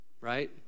right